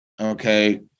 Okay